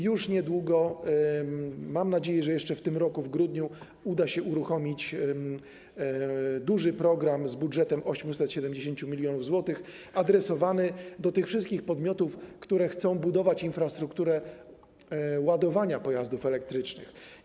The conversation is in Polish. Już niedługo, mam nadzieję, że jeszcze w tym roku, w grudniu, uda się uruchomić duży program z budżetem 870 mln zł adresowany do wszystkich podmiotów, które chcą budować infrastrukturę ładowania pojazdów elektrycznych.